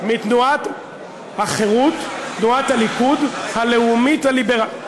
מתנועת החרות, תנועת הליכוד הלאומית הליברלית,